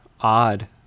Odd